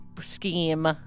scheme